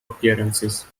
appearances